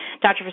Dr